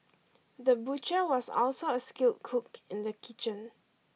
the butcher was also a skilled cook in the kitchen